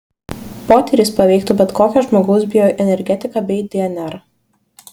potyris paveiktų bet kokio žmogaus bioenergetiką bei dnr